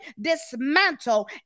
dismantle